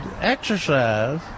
exercise